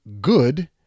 good